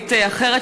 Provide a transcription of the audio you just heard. מזווית אחרת,